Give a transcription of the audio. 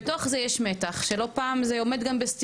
בתוך זה יש מתח, שלא פעם זה גם עומד בסתירה.